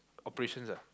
operations ah